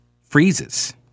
freezes